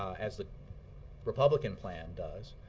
as the republican plan does,